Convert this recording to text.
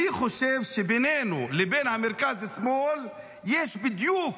אני חושב שבינינו לבין המרכז-שמאל יש בדיוק,